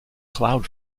cloud